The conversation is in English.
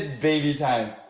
and baby time.